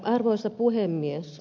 arvoisa puhemies